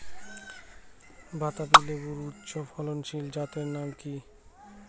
বাতাবি লেবুর উচ্চ ফলনশীল জাতের নাম কি?